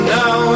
now